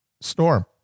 storm